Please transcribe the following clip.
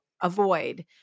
avoid